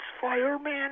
Fireman